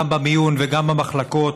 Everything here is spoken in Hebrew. גם במיון וגם במחלקות,